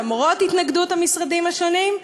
למרות התנגדות המשרדים השונים,